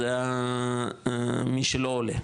זה מי שלא עולה,